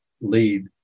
lead